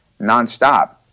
nonstop